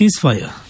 ceasefire